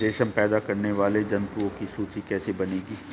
रेशम पैदा करने वाले जंतुओं की सूची कैसे बनेगी?